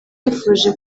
yifuje